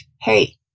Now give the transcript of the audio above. hey